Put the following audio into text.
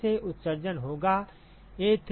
यहाँ से उत्सर्जन होगा A3J3